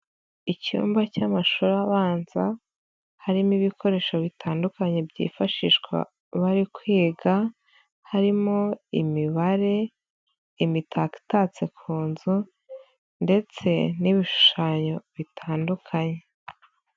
Icyumba cy'amashuri abanza harimo ibikoresho bitandukanye byifashishwa bari kwiga, harimo imibare, imitako itatse ku nzu ndetse n'ibishushanyo bitandukanye.